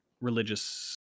religious